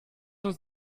uns